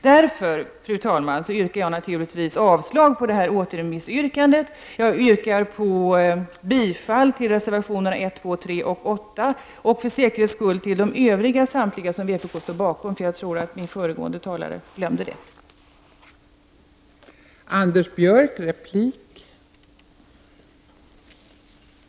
Därför yrkar jag naturligtvis, fru talman, avslag på yrkandet om återremiss och bifall till reservationerna 1, 2,3 och 8 samt, för säkerhets skull, till de övriga reservationer som vpk står bakom. Jag tror att föregående talare från vänsterpartiet kommunisterna glömde detta.